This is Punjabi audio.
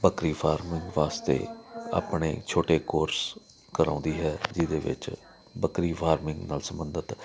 ਬੱਕਰੀ ਫਾਰਮ ਵਾਸਤੇ ਆਪਣੇ ਛੋਟੇ ਕੋਰਸ ਕਰਾਉਂਦੀ ਹੈ ਜਿਹਦੇ ਵਿੱਚ ਬੱਕਰੀ ਫਾਰਮਿੰਗ ਨਾਲ ਸੰਬੰਧਿਤ